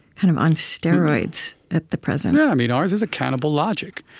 kind of on steroids at the present yeah, i mean ours is a cannibal logic.